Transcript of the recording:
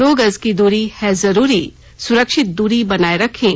दो गज की दूरी है जरूरी सुरक्षित दूरी बनाए रखें